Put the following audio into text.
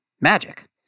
Magic